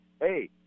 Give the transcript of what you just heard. Hey